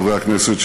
חברי הכנסת,